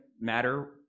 matter